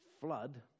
Flood